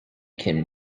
can